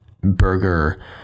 burger